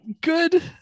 good